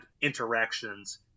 interactions